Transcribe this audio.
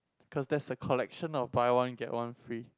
cause that's a collection of buy one get one free